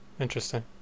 interesting